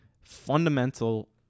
fundamental